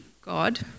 God